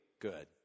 good